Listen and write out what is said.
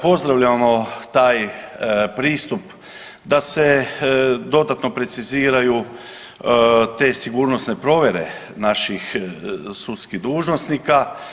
Pozdravljamo taj pristup da se dodatno preciziraju te sigurnosne provjere naših sudskih dužnosnika.